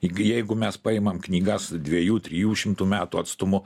jeigu mes paimam knygas dviejų trijų šimtų metų atstumu